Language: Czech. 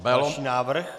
Další návrh.